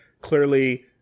clearly